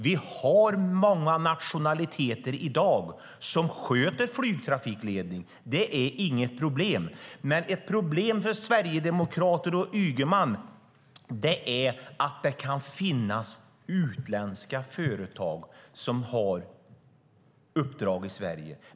Vi har i dag många nationaliteter som sköter flygtrafikledning. Det är inget problem. Ett problem för Sverigedemokraterna och Ygeman är dock att det kan finnas utländska företag som har uppdrag i Sverige.